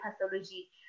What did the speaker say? pathology